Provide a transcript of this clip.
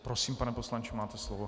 Prosím, pane poslanče, máte slovo.